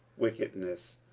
wickedness,